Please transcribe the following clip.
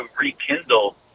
rekindle